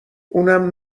اونم